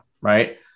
Right